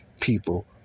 people